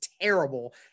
terrible